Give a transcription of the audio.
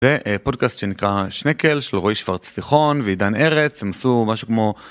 בפודקאסט שנקרא שנקל של רועי שוורץ תיכון ועידן ארץ הם עשו משהו כמו.